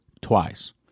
twice